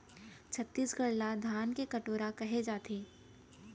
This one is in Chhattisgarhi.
छत्तीसगढ़ ल धान के कटोरा कहे जाथे